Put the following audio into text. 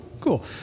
Cool